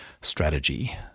strategy